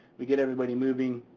we get everybody moving.